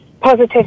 Positive